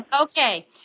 Okay